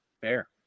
fair